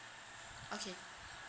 okay